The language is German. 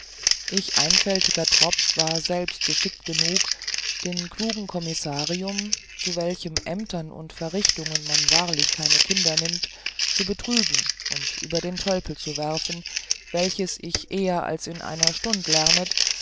ich einfältiger tropf war selbst geschickt genug den klugen commissarium zu welchen ämtern und verrichtungen man wahrlich keine kinder nimmt zu betrügen und über den tölpel zu werfen welches ich eher als in einer stund lernete